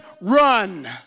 run